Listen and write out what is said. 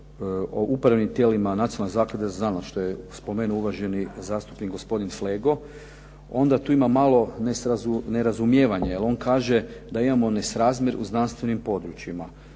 o upravnim tijelima Nacionalne zaklade za znanost što je spomenuo uvaženi zastupnik gospodin Flego, onda je tu imalo nerazumijevanja jer on kaže da imamo nesrazmjer u znanstvenim područjima.